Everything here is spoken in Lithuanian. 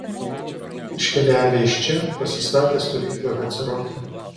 iškeliavę iš čia pasistatė stovyklą hacerote